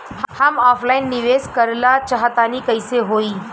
हम ऑफलाइन निवेस करलऽ चाह तनि कइसे होई?